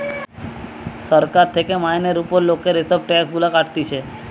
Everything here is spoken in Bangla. সরকার থেকে মাইনের উপর লোকের এসব ট্যাক্স গুলা কাটতিছে